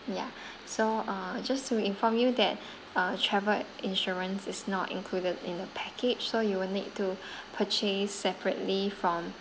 ya so uh just to inform you that uh travel insurance is not included in the package so you will need to purchase separately from